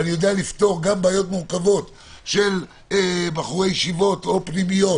ואני יודע לפתור גם בעיות מורכבות של בחורי ישיבות או פנימיות,